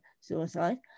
suicide